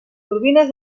turbines